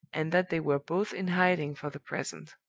and that they were both in hiding for the present.